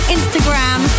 Instagram